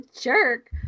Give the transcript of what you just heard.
jerk